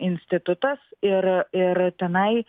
institutas ir ir tenai